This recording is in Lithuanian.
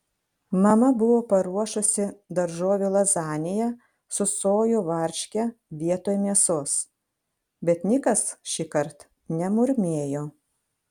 mama buvo paruošusi daržovių lazaniją su sojų varške vietoj mėsos bet nikas šįkart nemurmėjo